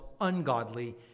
ungodly